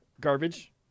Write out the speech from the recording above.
garbage